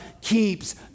keeps